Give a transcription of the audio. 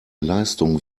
leistung